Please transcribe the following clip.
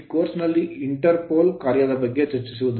ಈ ಕೋರ್ಸ್ ನಲ್ಲಿ interpole Interpol ನ ಕಾರ್ಯದ ಬಗ್ಗೆ ಚರ್ಚಿಸುವುದಿಲ್ಲ